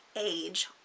age